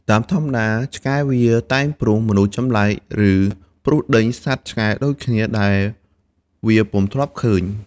តាមធម្មតា ឆ្កែវាតែងព្រុះមនុស្សចម្លែក ឬព្រុះដេញសត្វឆ្កែដូចគ្នាដែលវាពុំធ្លាប់ឃើញ។